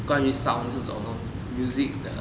关于 sound 这种东 music 的